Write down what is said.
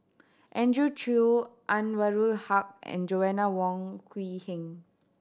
Andrew Chew Anwarul Haque and Joanna Wong Quee Heng